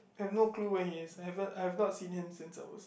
I have no clue when he is I have I have not seen him since I was